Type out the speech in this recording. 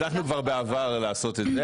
הבטחנו כבר בעבר לעשות את זה,